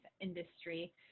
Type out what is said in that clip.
industry